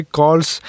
calls